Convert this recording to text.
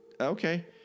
Okay